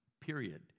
period